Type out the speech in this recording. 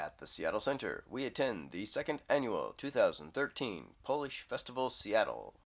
at the seattle center we attend the second annual two thousand and thirteen polish festival seattle